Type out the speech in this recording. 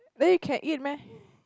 then you can eat meh